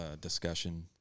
discussion